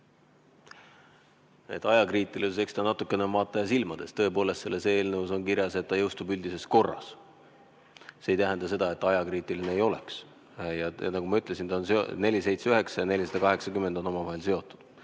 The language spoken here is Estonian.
ajakriitilisus on natuke vaataja silmades. Tõepoolest, selles eelnõus on kirjas, et ta jõustub üldises korras. See ei tähenda seda, et ta ajakriitiline ei oleks. Ja nagu ma ütlesin, eelnõud 479 ja 480 on omavahel seotud.